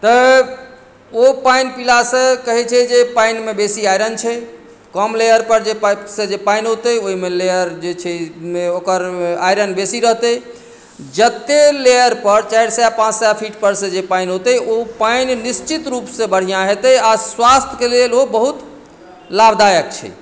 तऽ ओ पानि पिलासॅं कहै छै जे पानिमे बेसी आयरन छै कम लेयर पर जे पाइप से जे पानि औतै ओहिमे लेयर जे छै ओकर आयरन बेसी रहतै जते लेयर पर चरि सए पाँच सए फिट परसे जे पानि औतै ओ पानि निश्चित रुपसँ बढ़िऑं हेतै आ स्वास्थ्यके लेल ओ बहुत लाभदायक छै